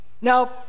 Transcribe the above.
now